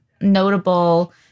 notable